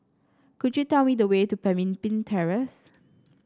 could you tell me the way to Pemimpin Terrace